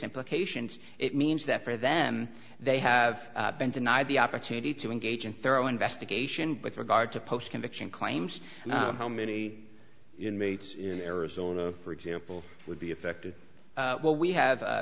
implications it means that for them they have been denied the opportunity to engage in thorough investigation with regard to post conviction claims and how many inmates in arizona for example would be affected what we have